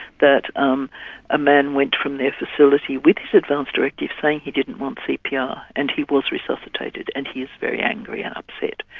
that um a man went from their facility with his advance directive saying he didn't want cpr, and he was resuscitated, and he is very angry and upset.